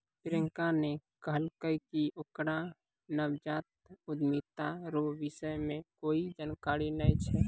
प्रियंका ने कहलकै कि ओकरा नवजात उद्यमिता रो विषय मे कोए जानकारी नै छै